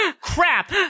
crap